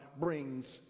brings